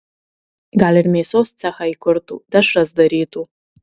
gal ir mėsos cechą įkurtų dešras darytų